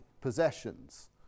possessions